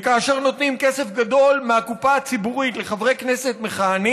כאשר נותנים כסף גדול מהקופה הציבורית לחברי כנסת מכהנים,